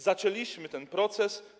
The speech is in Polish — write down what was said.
Zaczęliśmy ten proces.